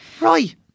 Right